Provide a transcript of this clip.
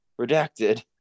redacted